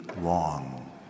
long